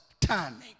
timing